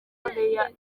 korea